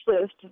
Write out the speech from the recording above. list